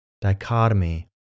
dichotomy